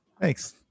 Thanks